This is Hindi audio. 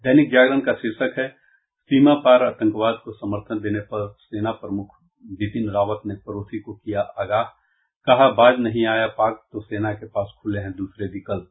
दैनिक जागरण का शीर्षक है सीमा पार आतंकवाद को समर्थन देने पर सेना प्रमुख विपिन रावत ने पड़ोसी को किया आगाह कहा बाज नहीं आया पाक तो सेना के पास खुले हैं दूसरे विकल्प